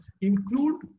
include